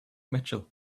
mitchell